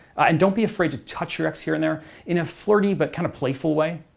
and don't be afraid to touch your ex here and there in a flirty but kind of playful way.